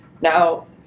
Now